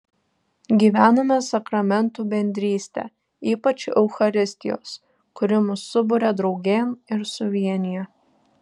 gyvename sakramentų bendrystę ypač eucharistijos kuri mus suburia draugėn ir suvienija